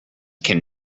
can